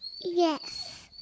Yes